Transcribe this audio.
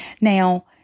Now